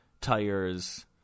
tires